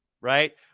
right